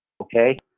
okay